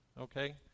okay